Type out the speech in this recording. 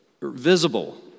visible